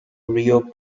rio